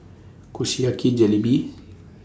Kushiyaki Jalebi